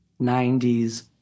90s